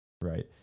Right